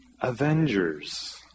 Avengers